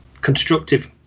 constructive